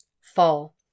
Fall